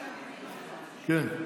כן.